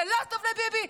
זה לא טוב לביבי.